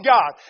God